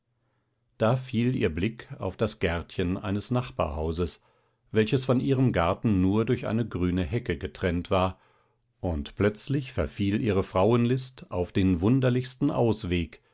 da fiel ihr blick auf das gärtchen eines nachbarhauses welches von ihrem garten nur durch eine grüne hecke getrennt war und plötzlich verfiel ihre frauenlist auf den wunderlichsten ausweg